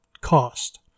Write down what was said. cost